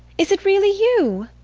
is it really you?